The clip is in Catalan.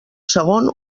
segon